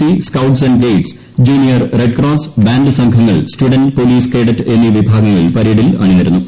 C scouts and guides junior red cross band സംഘങ്ങൾ student police cadet എന്നീ വിഭാഗങ്ങൾ പരേഡിൽ അണിനിരന്നു